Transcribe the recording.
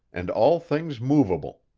and all things movable.